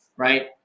right